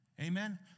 Amen